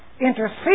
Intercede